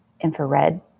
infrared